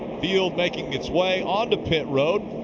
field making its way on to pit road.